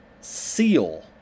seal